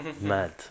mad